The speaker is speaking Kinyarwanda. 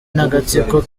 n’agatsiko